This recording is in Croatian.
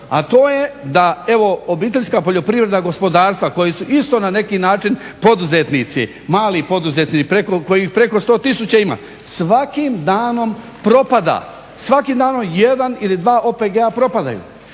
a to je da evo obiteljska poljoprivredna gospodarstva koja su isto na neki način poduzetnici, mali poduzetnici kojih preko 100 tisuća ima, svakim danom propada. Svakim danom jedan ili dva OPG propadaju.